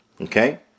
Okay